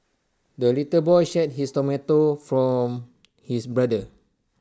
the little boy shared his tomato from his brother